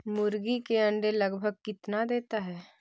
मुर्गी के अंडे लगभग कितना देता है?